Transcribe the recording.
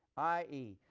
i e,